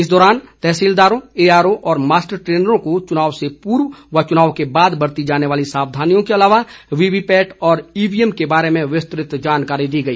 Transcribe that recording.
इस दौरान तहसीलदारो एआरओ और मास्टर ट्रेनरों को चुनाव से पूर्व व चुनाव के बाद बरती जाने वाली सावधानियों के अलावा वीवीपैट और ईवीएम के बारे में विस्तृत जानकारी दी गई